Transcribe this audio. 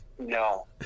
no